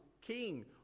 king